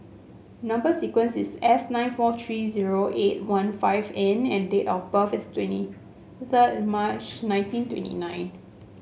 number sequence is S nine four three zero eight one five N and date of birth is twenty third March nineteen twenty nine